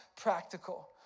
practical